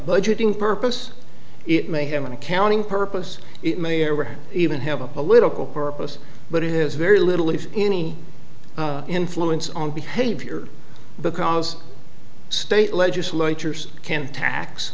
budgeting purpose it may have an accounting purpose it may or even have a political purpose but it has very little if any influence on behavior because state legislatures can tax